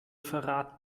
verrat